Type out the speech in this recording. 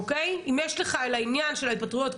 אם יש לך לעניין של ההתפטרויות,